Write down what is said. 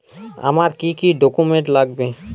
আমার কি কি ডকুমেন্ট লাগবে?